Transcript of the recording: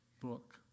book